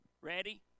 Ready